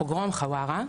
פוגרום חווארה,